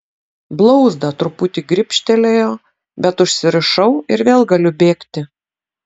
blauzdą truputį gribštelėjo bet užsirišau ir vėl galiu bėgti